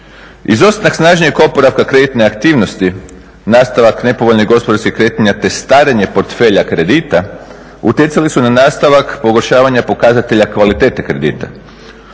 Izostanak snažnijeg oporavka kreditne aktivnosti, nastavak nepovoljnih gospodarskih kretanja te starenje portfelja kredita utjecali su na nastavak pogoršavanja pokazatelj kvalitete kredita.